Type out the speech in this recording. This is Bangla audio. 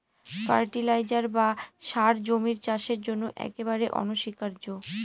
ফার্টিলাইজার বা সার জমির চাষের জন্য একেবারে অনস্বীকার্য